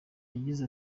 yagize